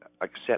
accept